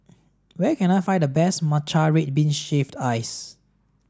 where can I find the best matcha red bean shaved ice